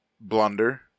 blunder